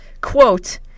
quote